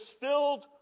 filled